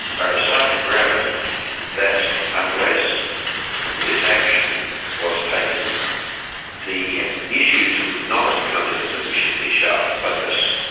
are of such gravity that unless this action was taken the issues would not have come into sufficiently sharp focus.